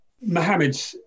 Mohammed